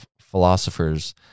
philosophers